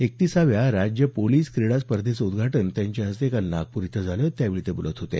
एकतिसाव्या राज्य पोलिस क्रीडा स्पर्धेचं उद्घाटन त्यांच्या हस्ते नागपूर इथं काल झालं त्यावेळी ते बोलत होते